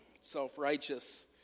self-righteous